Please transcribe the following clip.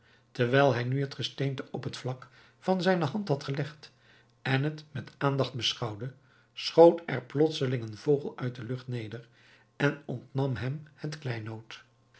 terwijl hij nu het gesteente op het vlak van zijne hand had gelegd en het met aandacht beschouwde schoot er plotseling een vogel uit de lucht neder en ontnam hem het kleinood